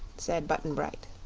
said button-bright.